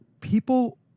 people